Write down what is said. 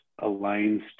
aligns